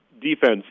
defense